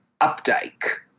Updike